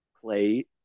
play